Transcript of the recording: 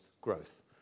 growth